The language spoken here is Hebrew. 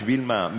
בשביל מה?